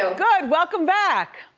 so good, welcome back.